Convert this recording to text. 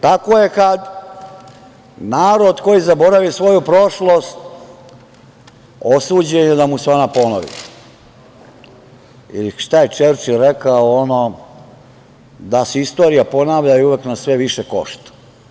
Tako je kada narod koji je zaboravio svoju prošlost osuđen da mu se ona ponovi, ili šta je Čerčil rekao – da se istorija ponavlja i uvek nas sve više košta.